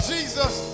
Jesus